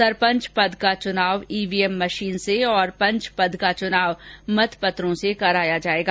सरपंच पद का चुनाव ईवीएम मशीन और पंच पद का चुनाव मत पत्रों से कराया जायेगा